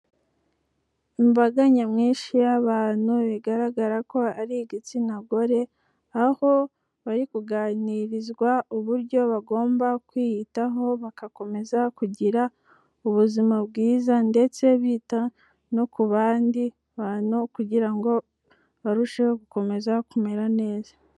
Imbaga nyamwinshi y'abantu bigaragara ko ari igitsina gore, aho bari kuganirizwa uburyo bagomba kwiyitaho bagakomeza kugira ubuzima bwiza ndetse bita no ku bandi bantu kugira ngo barusheho gukomeza kumera neza.